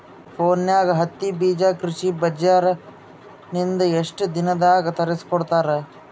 ಫೋನ್ಯಾಗ ಹತ್ತಿ ಬೀಜಾ ಕೃಷಿ ಬಜಾರ ನಿಂದ ಎಷ್ಟ ದಿನದಾಗ ತರಸಿಕೋಡತಾರ?